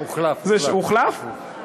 הוחלף, הוחלף.